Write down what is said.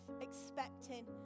expecting